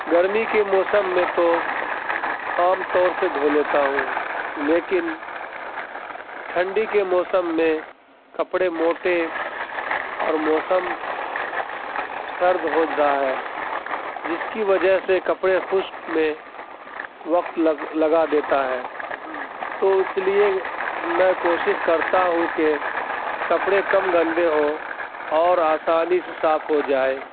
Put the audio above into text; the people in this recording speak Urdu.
گرمی کی موسم میں تو عام طور سے دھو لیتا ہوں لیکن ٹھنڈی کے موسم میں کپڑے موٹے اور موسم سرد ہوتا ہے جس کی وجہ سے کپڑے خشک میں وقت لگ لگا دیتا ہے تو اس لیے میں کوشش کرتا ہوں کہ کپڑے کم گندے ہوں اور آسانی سے صاف ہوجائے